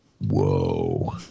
Whoa